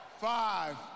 Five